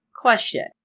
question